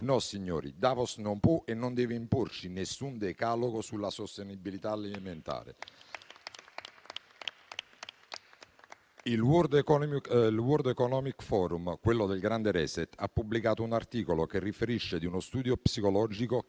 No, signori, Davos non può e non deve imporci alcun decalogo sulla sostenibilità alimentare. Il World economic forum, quello del grande *reset*, ha pubblicato un articolo che riferisce di uno studio psicologico che